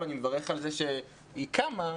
ואני מברך על כך שהיא קמה,